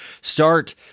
start